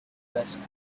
dressed